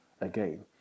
again